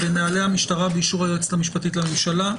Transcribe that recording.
בנהלי המשטרה באישור היועצת המשפטית לממשלה.